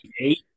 Eight